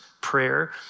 prayer